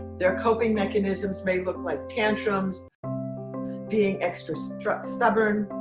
their coping mechanisms may look like tantrums being extra stubborn stubborn